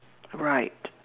right